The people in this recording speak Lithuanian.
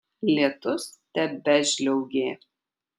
lietus tebežliaugė